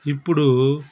ఇప్పుడు